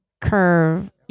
curve